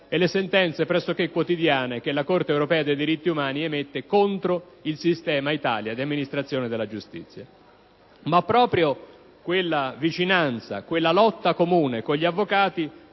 e le sentenze pressochè quotidiane che la Corte europea dei diritti umani emette contro il sistema Italia di amministrazione della giustizia. Ma proprio quella vicinanza, quella lotta comune con gli avvocati